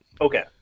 Okay